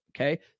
Okay